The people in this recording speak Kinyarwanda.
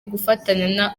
gufatanya